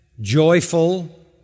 joyful